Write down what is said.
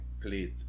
Please